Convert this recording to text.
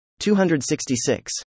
266